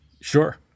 Sure